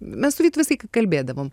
mes su vytu visą laiką kalbėdavom